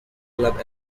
club